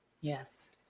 Yes